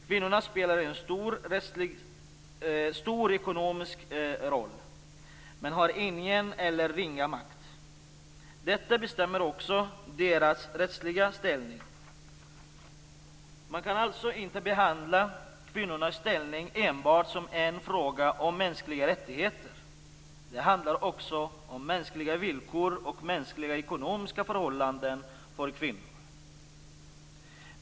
Kvinnorna spelar en stor ekonomisk roll men har ingen eller ringa makt. Detta bestämmer också deras rättsliga ställning. Man kan alltså inte behandla kvinnornas ställning enbart som en fråga om mänskliga rättigheter. Det handlar också om mänskliga villkor och mänskliga ekonomiska förhållanden för kvinnorna.